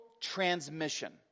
transmission